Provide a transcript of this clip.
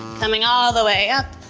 coming all the way up,